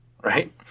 right